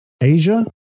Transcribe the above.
Asia